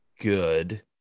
good